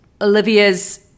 Olivia's